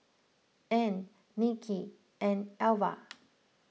Ean Nicki and Alva